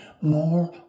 more